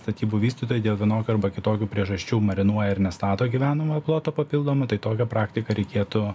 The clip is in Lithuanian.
statybų vystytojai dėl vienokių arba kitokių priežasčių marinuoja ir nestato gyvenamojo ploto papildomo tai tokią praktiką reikėtų